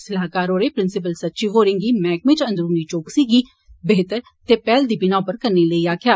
सलाहकार होरें प्रिसिपल सचिव होरें गी मैहकमे च अंदरुनी चौकसी गी बेहतर ते पेहल दी बिनाह उप्पर करने लेई आक्खेआ